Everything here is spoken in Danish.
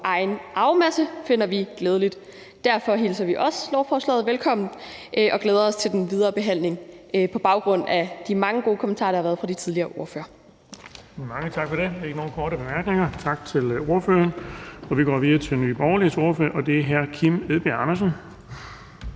egen arvemasse finder vi glædeligt. Derfor hilser vi også lovforslaget velkommen og glæder os til den videre behandling på baggrund af de mange gode kommentarer, der har været, fra de tidligere ordførere. Kl. 16:19 Den fg. formand (Erling Bonnesen): Mange tak for det. Der er ikke nogen korte bemærkninger. Tak til ordføreren. Vi går videre til Nye Borgerliges ordfører, og det er hr. Kim Edberg Andersen.